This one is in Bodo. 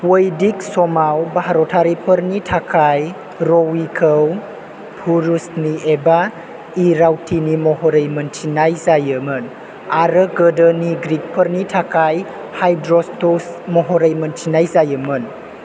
वैदिक समाव भारतारिफोरनि थाखाय रविखौ पुरुषनी एबा इरावतीनि महरै मोनथिनाय जायोमोन आरो गोदोनि ग्रीकफोरनि थाखाय हाइड्रोट्स महरै मोनथिनाय जायोमोन